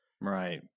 Right